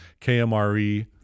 KMRE